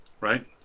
right